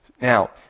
Now